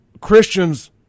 Christians